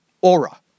aura